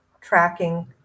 tracking